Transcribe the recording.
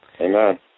Amen